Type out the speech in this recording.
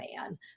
man